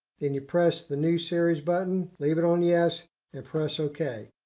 then you press the new series button. leave it on yes and press ok.